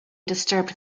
disturbed